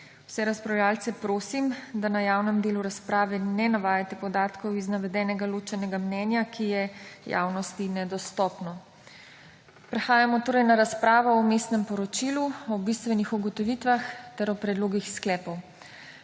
Vse razpravljavce prosim, da na javnem delu razprave ne navajate podatkov iz navedenega ločenega mnenja, ki je javnosti nedostopno. Prehajamo na razpravo o vmesnem poročilu o bistvenih ugotovitvah ter o predlogih sklepov.